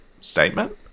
Statement